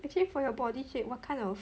actually for your body shape what kind of